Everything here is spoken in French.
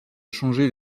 changer